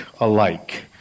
alike